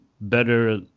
better